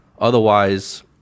Otherwise